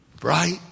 bright